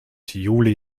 juli